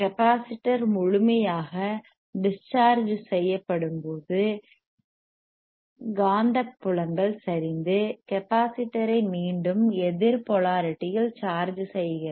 capacitor முழுமையாக discharge செய்யப்படும்போது காந்தமக்நெடிக்ப்புலங்கள் சரிந்து கெப்பாசிட்டர் ஐ மீண்டும் எதிர் போலாரிட்டி இல் சார்ஜ் செய்கிறது